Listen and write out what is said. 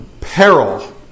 peril